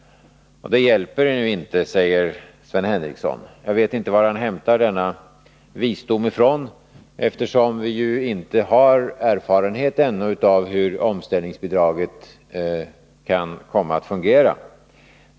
Det hjälper ju inte, säger Sven Henricsson. Jag vet inte var han hämtar denna visdom från, eftersom vi ännu inte har erfarenhet av hur omställningsbidraget kan komma att fungera.